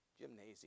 gymnasium